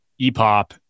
EPOP